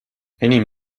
enim